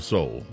Soul